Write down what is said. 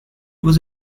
was